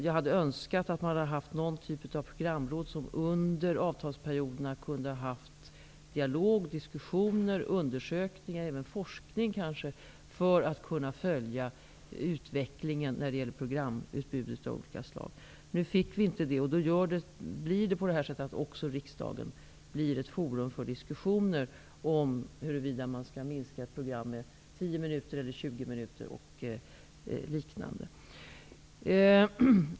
Jag hade önskat att vi hade haft någon typ av programråd som kunde fört en dialog, haft diskussioner, genomfört undersökningar och kanske även forskning under avtalsperioderna för att kunna följa utvecklingen av programutbud av olika slag. Nu fick vi inte det, och då blir även riksdagen ett forum för diskussioner om huruvida man skall minska ett program med tio eller tjugo minuter och liknande.